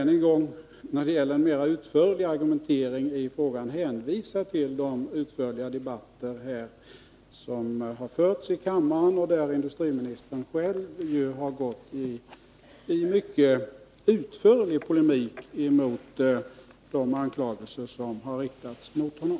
När det gäller en mera utförlig argumentering vill jag än en gång hänvisa till de omfattande debatter som förts här i kammaren och där industriministern har gått i mycket ingående polemik emot de anklagelser som har riktats mot honom.